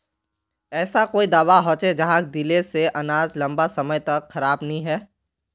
ऐसा कोई दाबा होचे जहाक दिले से अनाज लंबा समय तक खराब नी है?